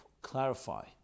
clarify